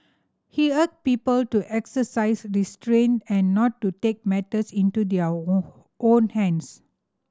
he urged people to exercise restraint and not to take matters into their own hands